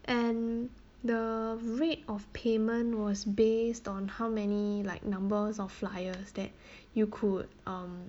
and the rate of payment was based on how many like numbers of flyers that you could um